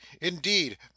indeed